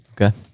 Okay